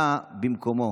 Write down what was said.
באה במקומו